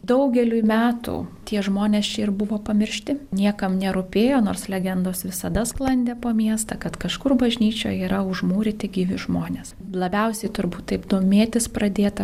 daugeliui metų tie žmonės čia ir buvo pamiršti niekam nerūpėjo nors legendos visada sklandė po miestą kad kažkur bažnyčioj yra užmūryti gyvi žmonės labiausiai turbūt taip domėtis pradėta